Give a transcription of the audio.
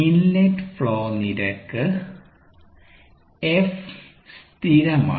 inlet flow നിരക്ക് F സ്ഥിരമാണ്